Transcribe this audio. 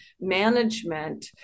management